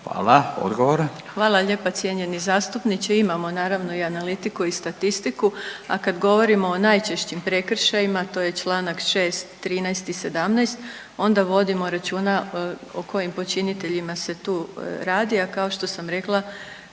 Irena (HDZ)** Hvala lijepa cijenjeni zastupniče. Imamo naravno i analitiku i statistiku, a kad govorimo o najčešćim prekršajima to je Članak 6., 13. i 17. onda vodimo računa o kojim počiniteljima se tu radi, a kao što sam rekla